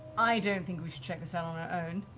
i don't think we should check this out on our own.